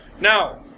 Now